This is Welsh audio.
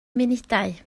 munudau